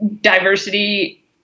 diversity